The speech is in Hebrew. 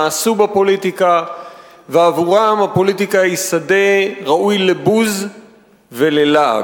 מאסו בפוליטיקה ועבורם הפוליטיקה היא שדה הראוי לבוז וללעג.